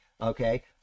okay